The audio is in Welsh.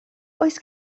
oes